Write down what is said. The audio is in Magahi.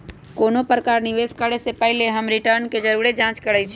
कोनो प्रकारे निवेश करे से पहिले हम रिटर्न के जरुरे जाँच करइछि